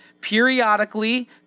periodically